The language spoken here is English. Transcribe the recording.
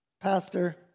pastor